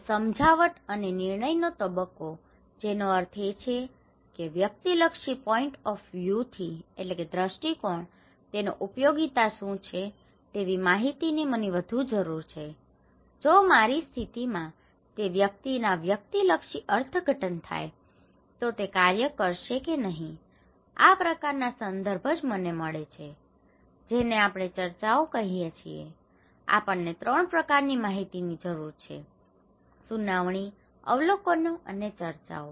હવે સમજાવટ અને નિર્ણયનો તબક્કો જેનો અર્થ છે કે વ્યક્તિલક્ષી પોઈન્ટ ઓફ વ્યૂથી point of view દૃષ્ટિકોણ તેનો ઉપયોગિતા શું છે તેવી માહિતીની મને વધુ જરૂર છે જો મારી સ્થિતિમાં તે વ્યક્તિના વ્યક્તિલક્ષી અર્થઘટન થાય તો તે કાર્ય કરશે કે નહીં આ પ્રકારનો સંદર્ભ જે મને મળે છે જેને આપણે ચર્ચાઓ કહીએ છીએ આપણને 3 પ્રકારની માહિતીની જરૂર છે સુનાવણી અવલોકનો અને ચર્ચાઓ